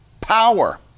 power